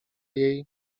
jej